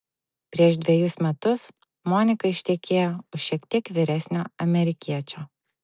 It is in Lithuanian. prieš dvejus metus monika ištekėjo už šiek tiek vyresnio amerikiečio